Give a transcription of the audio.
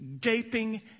gaping